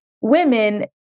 women